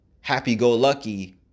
happy-go-lucky